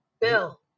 Bill